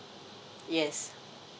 yes